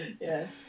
Yes